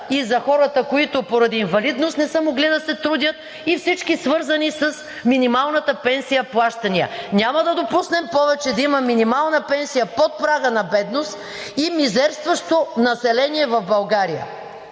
и за хората, които поради инвалидност не са могли да се трудят, и всички плащания, свързани с минималната пенсия. Няма да допуснем повече да има минимална пенсия под прага на бедност и мизерстващо население в България.